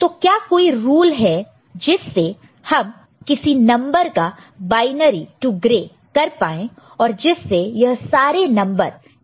तो क्या कोई रूल है जिससे हम किसी नंबर का बायनरी टु ग्रे कर पाएं और जिससे यह सारे नंबर जनरेट कर पाएं